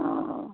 অঁ